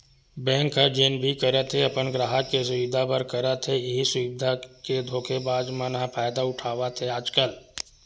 bank ह जेन भी करत हे अपन गराहक के सुबिधा बर करत हे, इहीं सुबिधा के धोखेबाज मन ह फायदा उठावत हे आजकल